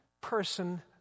person